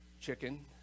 chicken